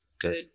good